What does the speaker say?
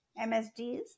MSDs